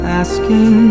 asking